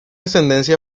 ascendencia